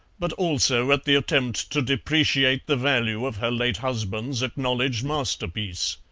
but also at the attempt to depreciate the value of her late husband's acknowledged masterpiece.